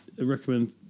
recommend